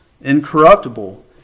incorruptible